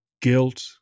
guilt